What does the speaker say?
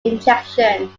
injection